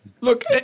Look